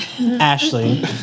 Ashley